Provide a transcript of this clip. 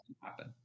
happen